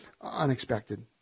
unexpected